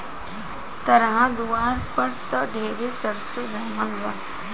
तहरा दुआर पर त ढेरे सरसो जामल बा